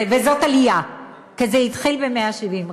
וזאת עלייה, כי זה התחיל ב-170.